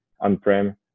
on-prem